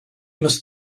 must